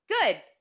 good